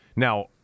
Now